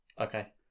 Okay